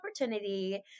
opportunity